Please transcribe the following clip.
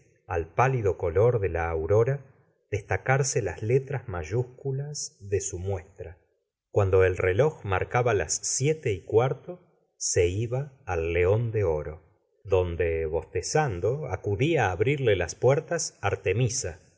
al pálido color de la aurora destacarse las letras mayúsculas de su muestra cuando el reloj marcaba las siete y cuarto se iba al cleón de oro donde bostezando acudia á abrirle las puertas artemisa